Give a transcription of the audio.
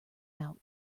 out